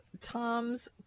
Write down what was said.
Tom's